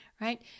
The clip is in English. right